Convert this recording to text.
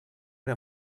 era